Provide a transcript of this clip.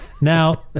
Now